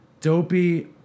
Dopey